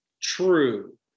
true